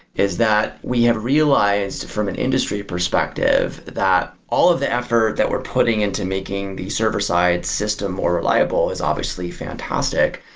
is that we have realized from an industry perspective that all of the effort that we're putting into making the server-side system more reliable is obviously fantastic.